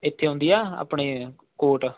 ਇੱਥੇ ਆਉਂਦੀ ਆ ਆਪਣੇ ਕੋਟ